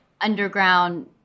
underground